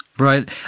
Right